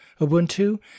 Ubuntu